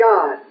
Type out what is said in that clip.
God